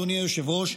אדוני היושב-ראש,